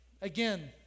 again